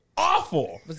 awful